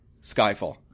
Skyfall